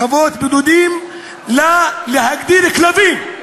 חוות בודדים לגדל כלבים,